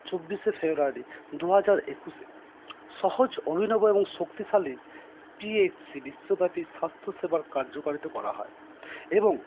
চব্বিশে ফেব্রুয়ারি দুহাজার একুশে সহজ অভিনব এবং শক্তিশালী পি এইচ সি বিশ্বব্যাপী স্বাস্থ্যসেবার কার্যকারিত করা হয় এবং